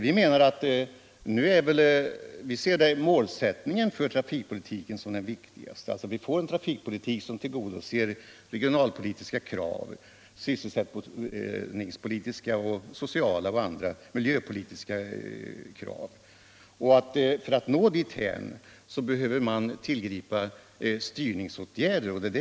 Som den viktigaste målsättningen ser vi en trafikpolitik som tillgodoser regionalpolitiska, svsselsättningspolitiska, sociala och miljöpolitiska krav. För att nå dithän tror vi att man behöver tillgripa styrningsåtgärder.